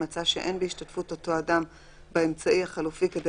אם מצא שאין בהשתתפות אותו אדם באמצעי החלופי כדי